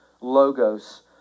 logos